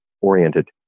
oriented